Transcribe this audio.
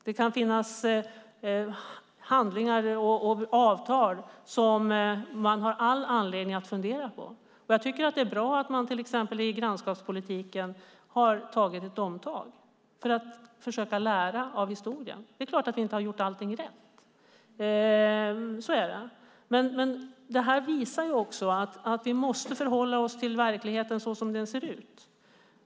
Det kan finnas handlingar och avtal som man har all anledning att fundera på. Det är bra att man till exempel i grannskapspolitiken har gjort ett omtag för att försöka lära av historien. Det är klart att vi inte har gjort allting rätt. Detta visar också att vi måste förhålla oss till verkligheten såsom den ser ut.